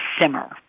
simmer